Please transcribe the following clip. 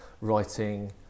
writing